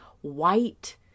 white